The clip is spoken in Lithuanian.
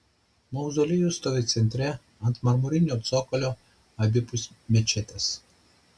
mauzoliejus stovi centre ant marmurinio cokolio abipus mečetės